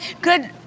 good